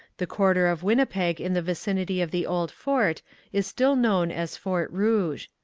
the quarter of winnipeg in the vicinity of the old fort is still known as fort rouge.